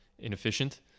inefficient